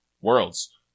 worlds